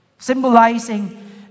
Symbolizing